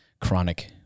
chronic